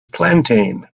plantain